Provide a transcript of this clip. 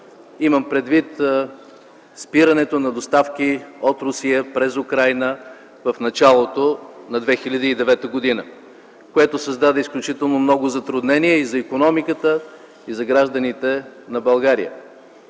Имам предвид спирането на доставки от Русия през Украйна в началото на 2009 г., което създаде изключително много затруднения и за икономиката, и за гражданите на България.